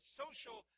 social